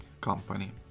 company